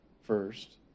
First